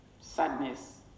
sadness